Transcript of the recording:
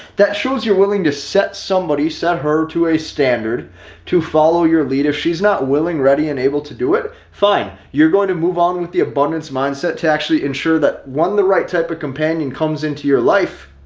that shows you're willing to set somebody set her to a standard to follow your lead. if she's not willing, ready and able to do it fine. you're going to move on with the abundance mindset to actually ensure that when the right type of companion comes into your life,